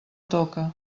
toca